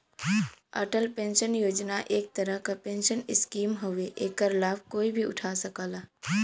Atal pension Yojana एक तरह क पेंशन स्कीम हउवे एकर लाभ कोई भी उठा सकला